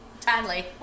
Timely